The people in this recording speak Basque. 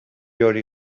hori